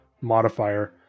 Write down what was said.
modifier